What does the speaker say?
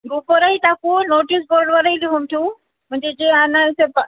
ग्रुपवरही टाकू नोटिस बोर्डवरही लिहून ठेवू म्हणजे जे अनायसे प